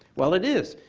well, it is,